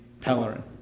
Pellerin